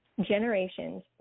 generations